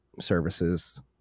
services